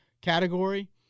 category